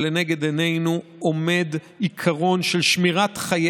שלנגד עיננו עומד עיקרון של שמירת חיי